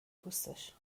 پوستش